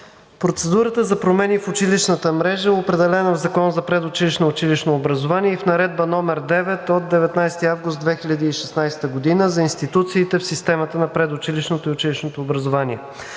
Процедурата за промени в училищната мрежа е определена в Закона за предучилищното и училищното образование и в Наредба № 9 от 19 август 2016 г. за институциите в системата на предучилищното и училищното образование.